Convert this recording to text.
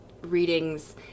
readings